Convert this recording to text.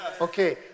Okay